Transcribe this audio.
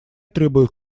требуют